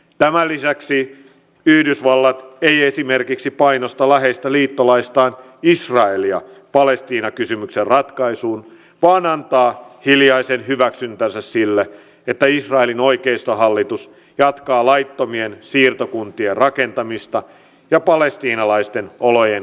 tämän lisäksi yhdysvallat ei esimerkiksi painosta läheistä liittolaistaan israelia palestiina kysymyksen ratkaisuun vaan antaa hiljaisen hyväksyntänsä sille että israelin oikeistohallitus jatkaa laittomien siirtokuntien rakentamista ja palestiinalaisten olojen kurjistamista